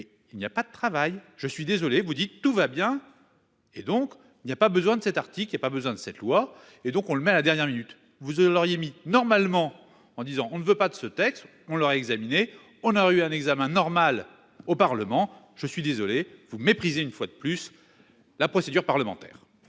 il n'y a pas de travail je suis désolé vous dit tout va bien. Et donc il n'y a pas besoin de cet article et a pas besoin de cette loi et donc on le met à la dernière minute. Vous l'auriez mis normalement en disant on ne veut pas de ce texte on l'examiné, on a eu un examen normal au Parlement, je suis désolé vous méprisez une fois de plus. La procédure parlementaire.